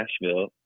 Nashville